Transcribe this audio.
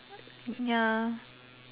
ya